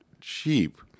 cheap